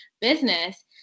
business